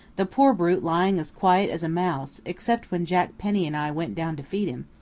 the poor brute lying as quiet as a mouse, except when jack penny and i went down to feed him,